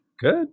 Good